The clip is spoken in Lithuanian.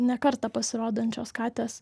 ne kartą pasirodančios katės